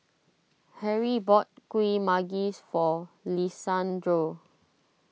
Harrie bought Kuih Manggis for Lisandro